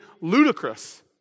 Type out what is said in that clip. ludicrous